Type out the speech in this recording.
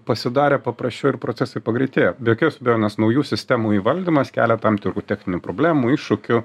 pasidarė paprasčiau ir procesai pagreitėjo be jokios abejonės naujų sistemų įvaldymas kelia tam tikrų techninių problemų iššūkių